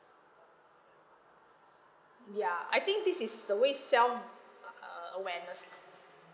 ya I think this is a way self uh awareness lah